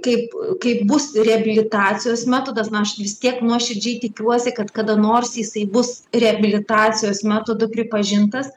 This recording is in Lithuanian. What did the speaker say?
kaip kaip bus reabilitacijos metodas na aš vis tiek nuoširdžiai tikiuosi kad kada nors jisai bus reabilitacijos metodu pripažintas